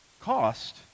cost